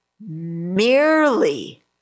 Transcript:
merely